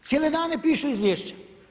Cijele dane pišu izvješća.